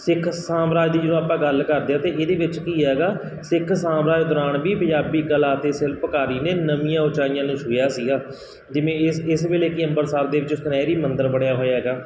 ਸਿੱਖ ਸਾਮਰਾਜ ਦੀ ਜਦੋਂ ਆਪਾਂ ਗੱਲ ਕਰਦੇ ਹਾਂ ਤਾਂ ਇਹਦੇ ਵਿੱਚ ਕੀ ਹੈਗਾ ਸਿੱਖ ਸਾਮਰਾਜ ਦੌਰਾਨ ਵੀ ਪੰਜਾਬੀ ਕਲਾ ਅਤੇ ਸ਼ਿਲਪਕਾਰੀ ਨੇ ਨਵੀਆਂ ਉਚਾਈਆਂ ਨੂੰ ਛੂਹਿਆ ਸੀਗਾ ਜਿਵੇਂ ਇਸ ਇਸ ਵੇਲੇ ਕੀ ਅੰਬਰਸਰ ਦੇ ਵਿੱਚ ਸੁਨਹਿਰੀ ਮੰਦਰ ਬਣਿਆ ਹੋਇਆ ਹੈਗਾ